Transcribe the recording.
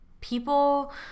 People